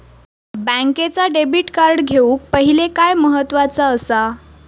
बँकेचा debit card घेउक पाहिले काय महत्वाचा असा?